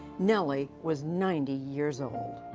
nelly was ninety years old.